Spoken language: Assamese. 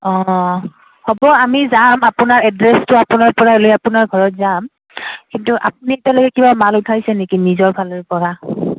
অঁ হ'ব আমি যাম আপোনাৰ এড্ৰেছটো আপোনাৰ পৰা লৈ আপোনাৰ ঘৰত যাম কিন্তু আপুনি এতিয়ালৈকে কিবা মাল উঠাইছে নেকি নিজৰ ফালৰ পৰা